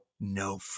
no